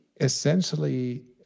essentially